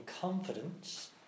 confidence